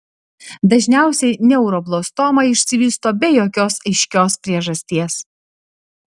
dažniausiai neuroblastoma išsivysto be jokios aiškios priežasties